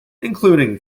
including